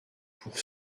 pour